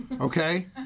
Okay